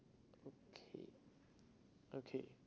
okay okay